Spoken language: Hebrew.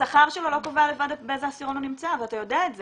השכר שלו לא קובע לבד באיזה עשירון הוא נמצא ואתה יודע את זה.